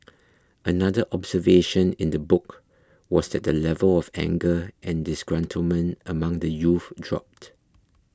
another observation in the book was that the level of anger and disgruntlement among the youth dropped